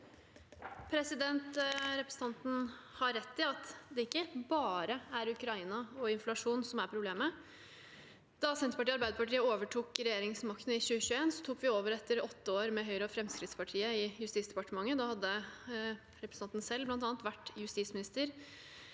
Representanten har rett i at det ikke er bare Ukraina og inflasjon som er problemet. Da Senterpartiet og Arbeiderpartiet overtok regjeringsmakten i 2021, tok vi over etter åtte år med Høyre og Fremskrittspartiet i Justisdepartementet. Da hadde bl.a. representanten selv vært justisminister.